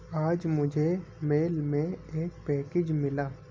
آج مجھے میل میں ایک پیکیج ملا